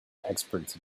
experts